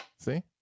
see